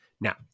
Now